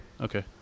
Okay